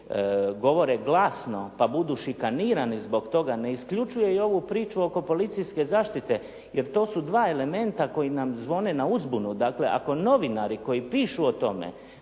govore glasno pa budu šikanirani zbog toga ne isključuje i ovu priču oko policijske zaštite, jer to su dva elementa koji nam zvone na uzbunu. Dakle, ako novinari koji pišu o tome,